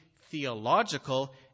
theological